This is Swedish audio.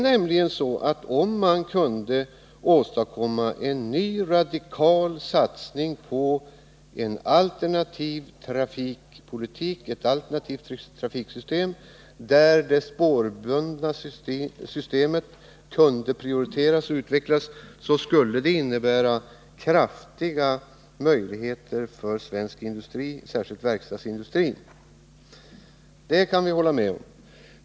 Om man kunde åstadkomma en ny och radikal satsning på en alternativ trafikpolitik och ett alternativt trafiksystem, där det spårbundna systemet prioriteras och utvecklas, skulle det innebära förbättrade möjligheter för svensk industri, särskilt verkstadsindustrin. Det kan vi hålla med om.